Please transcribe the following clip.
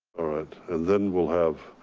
alright. and then we'll have.